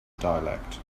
dialect